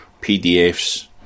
PDFs